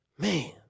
Man